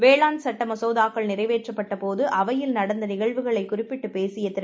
வேளாண்சட்டமசோதாக்கள்நிறைவேற்றப்பட்டபோது அவையில்நடந்தநிகழ்வுகளைகுறிப்பிட்டுபேசியதிரு